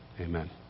Amen